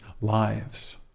lives